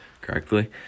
correctly